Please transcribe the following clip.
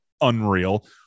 unreal